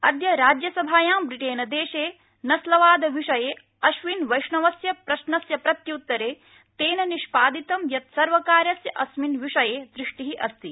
अद्य राज्यसभायां ब्रिटेनदेशे नस्लवाद विषये अश्विन वैष्णवस्य प्रश्नस्य प्रत्युत्तरे तेन निष्पादितं यत् सर्वकारस्य अस्मिन् विषये दृष्टि अस्ति